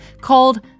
Called